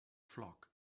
flock